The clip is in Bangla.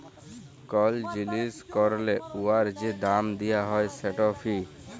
কল জিলিস ক্যরলে উয়ার যে দাম দিয়া হ্যয় সেট ফি